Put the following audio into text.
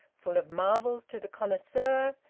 full of marvels to the connoisseur,